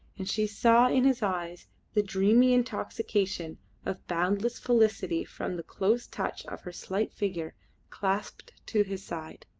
and she saw in his eyes the dreamy intoxication of boundless felicity from the close touch of her slight figure clasped to his side.